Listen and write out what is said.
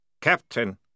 Captain